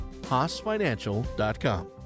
Haasfinancial.com